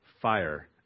fire